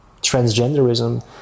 transgenderism